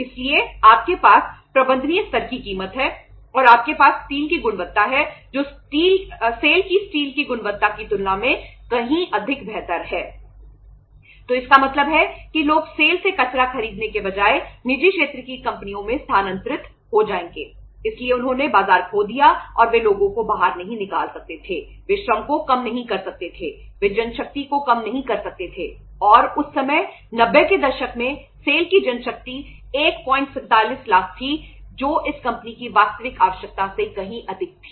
इसलिए आपके पास प्रबंधनीय स्तर की कीमत है और आपके पास स्टील की गुणवत्ता है जो सेल की जनशक्ति 147 लाख थी जो इस कंपनी की वास्तविक आवश्यकता से कहीं अधिक थी